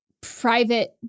private